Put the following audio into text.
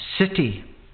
city